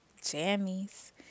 Jammies